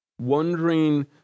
Wondering